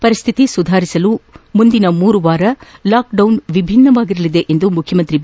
ಪರಿಸ್ಟಿತಿ ಸುಧಾರಿಸಲು ಮುಂದಿನ ಮೂರು ವಾರ ಲಾಕ್ಡೌನ್ ವಿಭಿನ್ಯವಾಗಿರಲಿದೆ ಎಂದು ಮುಖ್ಯಮಂತ್ರಿ ಬಿ